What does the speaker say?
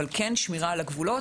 אבל כן נדרשת שמירה על הגבולות.